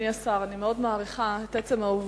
אדוני השר, אני מאוד מעריכה את עצם העובדה